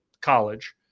college